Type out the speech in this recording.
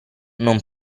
non